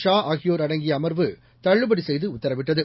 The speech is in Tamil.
ஷா ஆகியோர் அடங்கிய அமர்வு தள்ளுபடி செய்து உத்தரவிட்டது